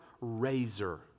razor